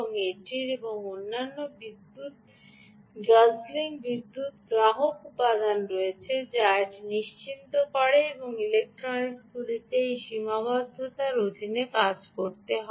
এটির এবং অন্যান্য বিদ্যুত্ গুজল বিদ্যুৎ গ্রাহক উপাদান রয়েছে যা এটি নিশ্চিত করবে যে ইলেকট্রনিক্সগুলিকে এই সীমাবদ্ধতার অধীনে কাজ করতে হবে